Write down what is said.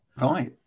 Right